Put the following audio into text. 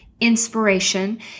inspiration